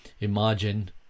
imagine